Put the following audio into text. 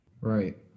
Right